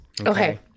okay